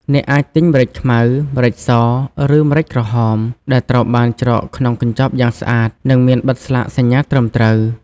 អ្នកអាចទិញម្រេចខ្មៅ ម្រេចស ឬម្រេចក្រហម ដែលត្រូវបានច្រកក្នុងកញ្ចប់យ៉ាងស្អាត និងមានបិទស្លាកសញ្ញាត្រឹមត្រូវ។